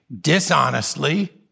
dishonestly